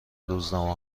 روزنامه